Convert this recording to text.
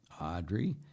Audrey